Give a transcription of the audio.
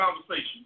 conversation